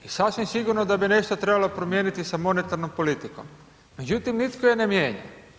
Sasvim sigurno da bi nešto trebalo promijeniti sa monetarnom politikom, međutim nitko je ne mijenja.